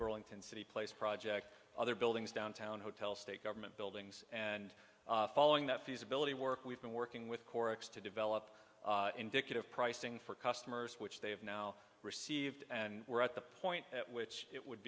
burlington city place project other buildings downtown hotels state government buildings and following that feasibility work we've been working with chorus to develop indicative pricing for customers which they have now received and we're at the point at which it would